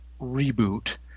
reboot